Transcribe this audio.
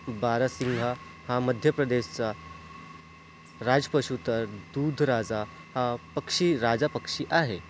बारासिंघा हा मध्यप्रदेशचा राजपशू तर दूधराजा हा पक्षी राजपक्षी आहे